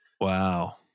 Wow